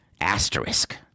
Asterisk